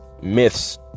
Myths